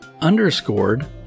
underscored